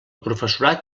professorat